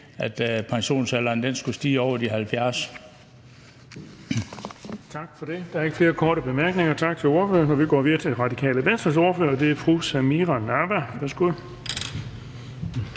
at pensionsalderen skulle stige til over de 70